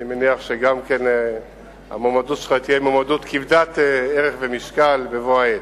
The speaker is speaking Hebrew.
אני מניח שגם המועמדות שלך תהיה מועמדות כבדת ערך ומשקל בבוא העת.